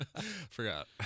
Forgot